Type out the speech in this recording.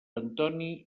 antoni